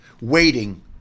waiting